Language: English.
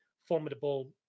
formidable